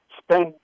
spend